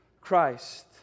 Christ